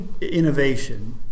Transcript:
innovation